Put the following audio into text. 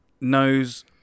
knows